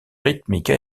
rythmique